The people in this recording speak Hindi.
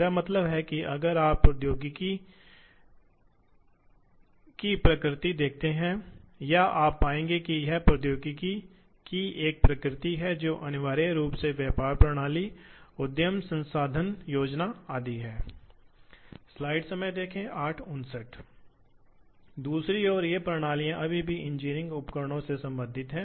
तो जैसा कि बॉल स्क्रू घूमता है यह स्लाइड इस तरह या उस तरह आगे बढ़ सकती है जैसे स्क्रू मोशन और यह वॉल स्क्रू बहुत अच्छी तरह से डिजाइन किए गए हों यानी सटीक मोशन बनाया गया है और बैकलैश जैसी चीजें जो मैन्युफैक्चरिंग की सटीकता को प्रभावित करती हैं